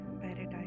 paradise